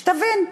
שתבין,